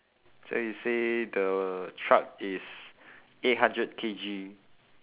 so you say the truck is eight hundred K_G